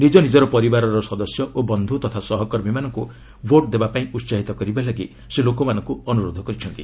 ନିଜ ନିଜର ପରିବାର ସଦସ୍ୟ ଓ ବନ୍ଧୁ ତଥା ସହକର୍ମୀମାନଙ୍କୁ ଭୋଟ ଦେବାପାଇଁ ଉତ୍ସାହିତ କରିବାକୁ ସେ ଲୋକମାନଙ୍କୁ ଅନୁରୋଧ କରିଛନ୍ତି